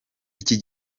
iki